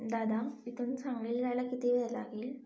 दादा इथून सांगलीला जायला किती वेळ लागेल